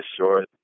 short